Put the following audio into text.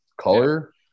Color